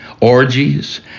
orgies